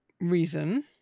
reason